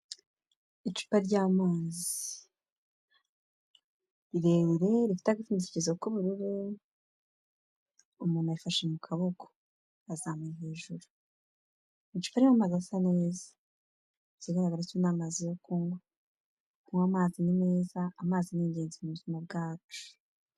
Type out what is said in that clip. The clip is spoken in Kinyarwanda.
Icupa ry'amazi, rirerire, rifite agapfundikizo k'ubururu, umuntu yafashe mu kaboko yazamuye hejuru, ni icupa ririmo amazi asa neza, ikigaragara cyo ni amazi yo kunywa, amazi ni meza, amazi ni ingenzi mu buzima bwacu.